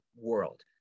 world